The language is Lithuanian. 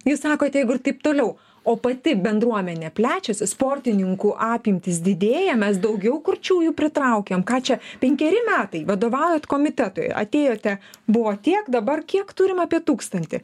jūs sakote jeigu ir taip toliau o pati bendruomenė plečiasi sportininkų apimtys didėja mes daugiau kurčiųjų pritraukiam ką čia penkeri metai vadovaujat komitetui atėjote buvo tiek dabar kiek turim apie tūkstantį